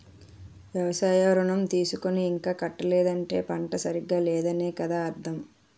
వ్యవసాయ ఋణం తీసుకుని ఇంకా కట్టలేదంటే పంట సరిగా లేదనే కదా అర్థం